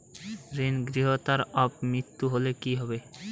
ঋণ গ্রহীতার অপ মৃত্যু হলে কি হবে?